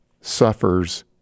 suffers